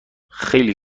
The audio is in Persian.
خیلی